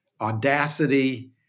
audacity